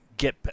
Get